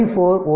i